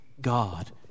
god